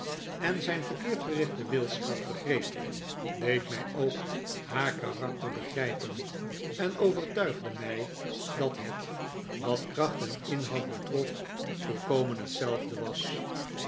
en zijn verkeerd gerichte wilskracht begreep deed mij ook haar karakter begrijpen en overtuigde mij dat het wat kracht en inhoud betrof volkomen hetzelfde was